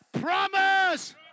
promise